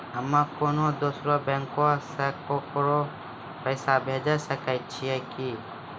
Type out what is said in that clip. हम्मे कोनो दोसरो बैंको से केकरो पैसा भेजै सकै छियै कि?